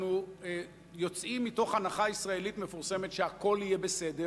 אנחנו יוצאים מתוך הנחה ישראלית מפורסמת שהכול יהיה בסדר.